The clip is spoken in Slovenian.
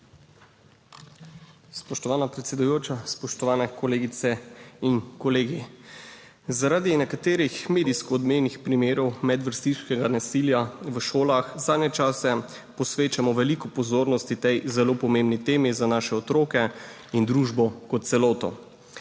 Spoštovana predsedujoča, spoštovane kolegice in kolegi! Zaradi nekaterih medijsko odmevnih primerov medvrstniškega nasilja v šolah zadnje čase posvečamo veliko pozornosti tej zelo pomembni temi za naše otroke in družbo kot celoto.